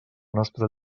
nostra